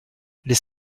les